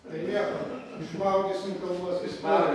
tai nieko išmaudysim kalbos istorijoj